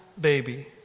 baby